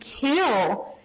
kill